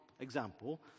example